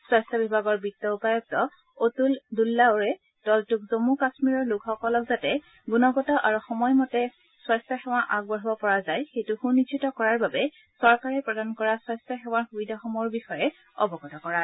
স্বাস্থ্য বিভাগৰ বিত্ত উপায়ুক্ত অতল দুল্লাওৰে দলটোক জন্ম কাশ্মীৰৰ লোকসকলক যাতে গুণগত আৰু সময় মতে যাতে স্বাস্থ্য সেৱা আগবঢ়াব পৰা যায় সেইটো সুনিশ্চিত কৰাৰ বাবে চৰকাৰে প্ৰদান কৰা স্বাস্থ্য সেৱাৰ সুবিধাসমূহৰ বিষয়ে অৱগত কৰায়